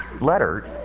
letter